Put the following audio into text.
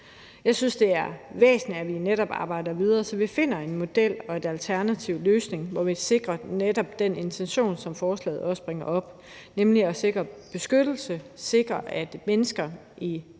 Jeg synes, det er væsentligt, at vi arbejder videre med det, så vi finder en model og en alternativ løsning, hvor vi netop sikrer indfrielse af den intention, som forslaget bringer op, nemlig at sikre beskyttelse og sikre, at udsatte mennesker med et stofmisbrug